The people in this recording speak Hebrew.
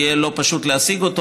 יהיה לא פשוט להשיג אותו,